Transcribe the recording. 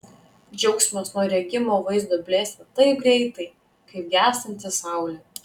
džiaugsmas nuo regimo vaizdo blėsta taip greitai kaip gęstanti saulė